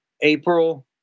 april